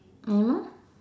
anymore